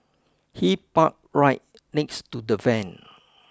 he parked right next to the van